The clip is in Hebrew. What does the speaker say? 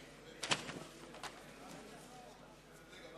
להכריז